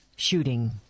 shooting